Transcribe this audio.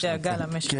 כן.